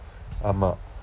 ஆமாம்:aamaam